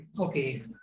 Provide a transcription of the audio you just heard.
Okay